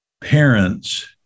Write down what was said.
Parents